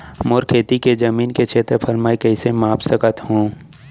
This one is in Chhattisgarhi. मोर खेती के जमीन के क्षेत्रफल मैं कइसे माप सकत हो?